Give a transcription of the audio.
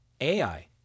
AI